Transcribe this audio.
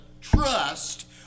trust